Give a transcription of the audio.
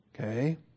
Okay